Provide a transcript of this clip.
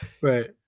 Right